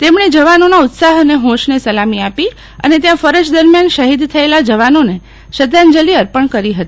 તેમણે જવાનોના ઉત્સાહ અને હોંશને સલામી આપી અને ત્યાં ફરજ દરમિયાન શહીદ થયેલા જવાનોને શ્રદ્ધાંજલિ અર્પણ કરી હતી